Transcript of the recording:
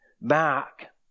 back